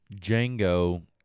Django